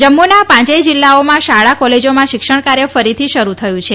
જમ્મુના પાંચેય જીલ્લાઓમાં શાળા કોલેજામાં શિક્ષણ કાર્ય ફરીથી શરૂ થયું છે